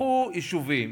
לקחו יישובים